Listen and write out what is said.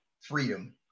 freedom